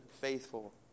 faithful